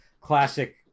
classic